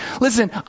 listen